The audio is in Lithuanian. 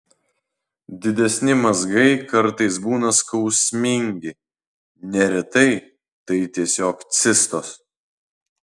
didesni mazgai kartais būna skausmingi neretai tai tiesiog cistos